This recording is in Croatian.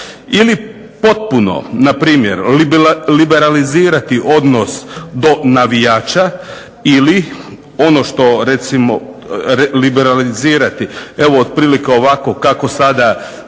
Ili potpuno npr. liberalizirati odnos do navijača ili ono što recimo liberalizirati evo otprilike ovako kako sada